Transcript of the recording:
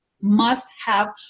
must-have